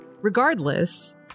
regardless